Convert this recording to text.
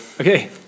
Okay